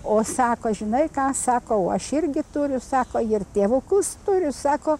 o sako žinai ką sako o aš irgi turiu sako ir tėvukus turiu sako